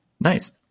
Nice